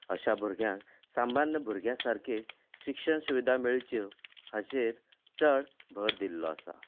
अशा भुरग्यांक सामान्य भुरग्यां सारकींच शिक्षण सुविधा मेळच्यो हाचेर चड भर दिल्लो आसा